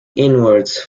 inwards